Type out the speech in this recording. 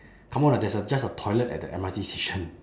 come on lah there's a just a toilet at the M_R_T station